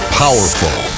powerful